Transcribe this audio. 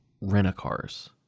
rent-a-cars